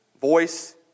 voice